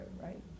right